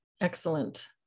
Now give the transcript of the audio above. Excellent